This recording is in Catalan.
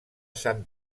sant